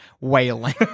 whaling